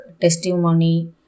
testimony